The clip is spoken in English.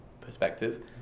perspective